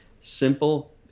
simple